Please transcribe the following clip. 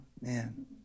Man